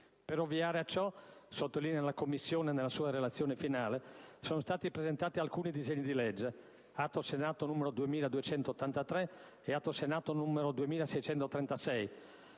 Per ovviare a ciò - rileva la Commissione nella sua relazione finale - sono stati presentati alcuni disegni di legge (Atto Senato n. 2283 e Atto Senato n. 2636)